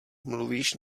mluvíš